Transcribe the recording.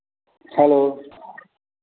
hello